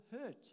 hurt